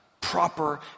proper